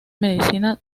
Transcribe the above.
medicina